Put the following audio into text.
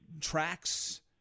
tracks